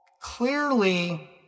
clearly